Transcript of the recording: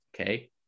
Okay